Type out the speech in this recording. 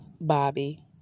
bobby